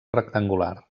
rectangular